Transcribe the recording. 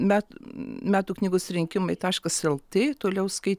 bet metų knygos rinkimai taškas el tė toliau skai